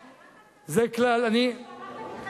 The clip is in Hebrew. במלחמת לבנון זה היה הכלל, נכון,